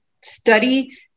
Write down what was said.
study